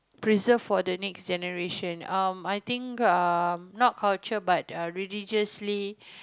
preserve for the next generation um I think err not culture but err religiously